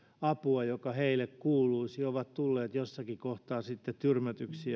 apua joka heille kuuluisi sillä he ovat tulleet jossakin kohtaa tyrmätyksi